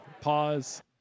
Pause